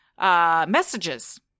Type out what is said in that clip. messages